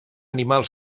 animal